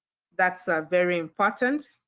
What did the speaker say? that's very important.